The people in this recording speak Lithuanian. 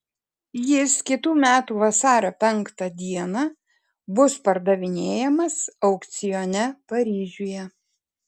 jis kitų metų vasario penktą dieną bus pardavinėjamas aukcione paryžiuje